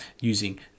using